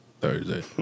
Thursday